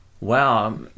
Wow